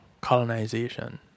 colonization